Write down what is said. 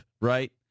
right